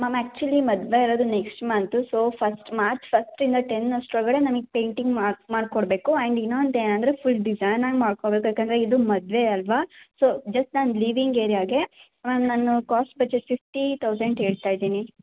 ma'am actually ಮದುವೆ ಇರೋದು next month so first March ಫಸ್ಟ್ಯಿಂದ ಟೆನ್ ಅಷ್ಟರ ಒಳಗಡೆ ನಮಗೆ ಪೇಯಿಂಟಿಂಗ್ ಮಾಡಿ ಮಾಡಿ ಕೊಡಬೇಕು ಆ್ಯಂಡ್ ಇನ್ನೊಂದು ಏನಂದರೆ ಫುಲ್ ಡಿಸೈನ್ ಆಗಿ ಮಾಡಿ ಕೊಡಬೇಕು ಯಾಕಂದರೆ ಇದು ಮದುವೆ ಅಲ್ವಾ ಸೊ ಜಸ್ಟ್ ನಮ್ಮ ಲೀವಿಂಗ್ ಏರಿಯಾಗೆ ಮ್ಯಾಮ್ ನಾನು ಕ್ವಾಸ್ಟ್ ಬಜೆಟ್ ಫಿಫ್ಟಿ ತೌಸಂಡ್ ಹೇಳ್ತಾ ಇದ್ದೀನಿ